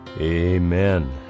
Amen